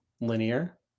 linear